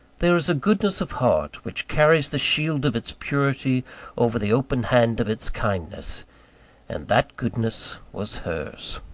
there is a goodness of heart, which carries the shield of its purity over the open hand of its kindness and that goodness was hers.